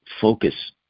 focus